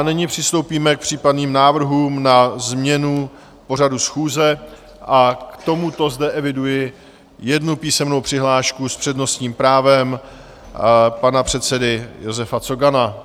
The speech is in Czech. Nyní přistoupíme k případným návrhům na změnu pořadu schůze a k tomuto zde eviduji jednu písemnou přihlášku s přednostním právem pana předsedy Josefa Cogana.